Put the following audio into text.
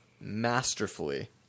masterfully